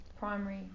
primary